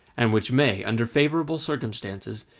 and which may, under favorable circumstances,